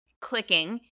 clicking